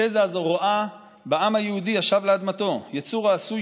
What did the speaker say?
התזה הזאת רואה בעם היהודי השב לאדמתו יצור העשוי